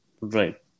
Right